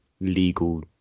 legal